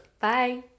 Bye